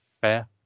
fair